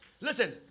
Listen